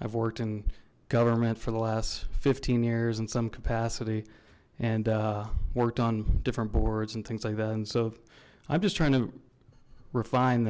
i've worked in government for the last fifteen years in some capacity and worked on different boards and things like that and so i'm just trying to refine